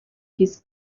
his